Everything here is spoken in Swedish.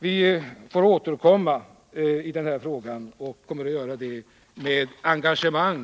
Vi får återkomma i denna fråga, och vi kommer, herr talman, att göra det med engagemang.